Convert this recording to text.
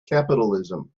capitalism